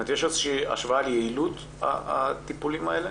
יש השוואה ליעילות הטיפולים האלה?